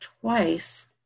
twice